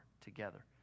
together